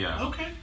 okay